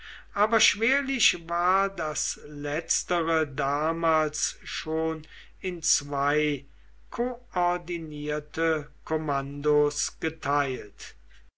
aber schwerlich war das letztere damals schon in zwei koordinierte kommandos geteilt